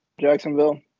Jacksonville